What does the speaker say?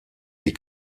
les